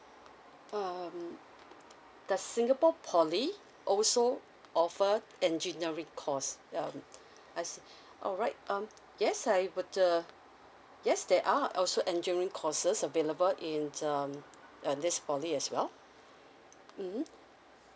um the singapore poly also offer engineering cause um I see alright um yes I would uh yes there are also engineering courses available in um this poly as well mm